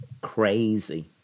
Crazy